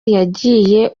yagiye